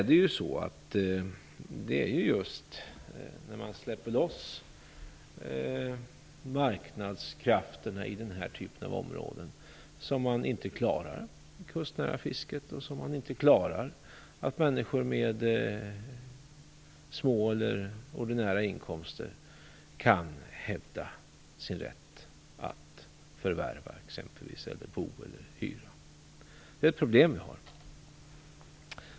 Det är ju just när man släpper loss marknadskrafterna i den här typen av områden som man inte klarar det kustnära fisket eller att människor med små eller ordinära inkomster kan hävda sin rätt att förvärva eller hyra. Det är ett problem vi har.